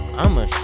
I'ma